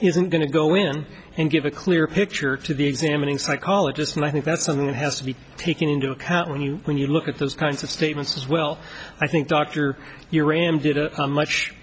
isn't going to go in and give a clear picture to the examining psychologist and i think that's something that has to be taken into account when you when you look at those kinds of statements as well i think dr uranium did a much